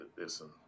listen